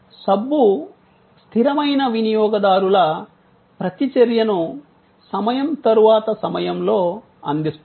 సబ్బు స్థిరమైన వినియోగదారుల ప్రతిచర్యను సమయం తరువాత సమయంలో అందిస్తుంది